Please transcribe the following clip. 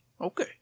okay